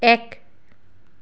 এক